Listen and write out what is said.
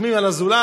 מרחמים על הזולת,